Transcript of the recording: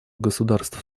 государств